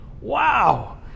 Wow